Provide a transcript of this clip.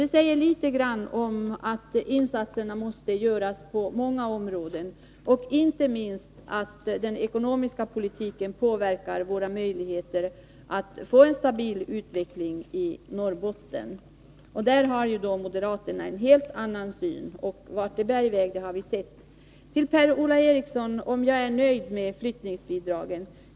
Detta säger litet grand om att insatser måste göras på många områden, inte minst om att den ekonomiska politiken påverkar våra möjligheter att få en stabil utveckling i Norrbotten. Där har moderaterna en helt annan syn, och vart det bär i väg har vi sett. Per-Ola Eriksson frågade om jag är nöjd med flyttningsbidragen.